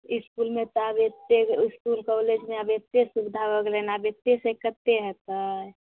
इसकुलमे तऽ आब एतेक इसकुल कौलेजमे आब एतेक सुविधा भऽ गेलै हन आब एतेक से कतेक होयतै